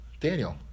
Daniel